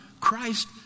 Christ